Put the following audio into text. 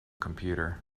computer